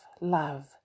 Love